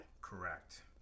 Correct